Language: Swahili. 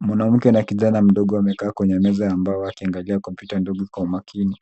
Mwanamke na kijana mdogo wamekaa kwenye meza ya mbao wakiangalia kompyuta ndogo kwa makini.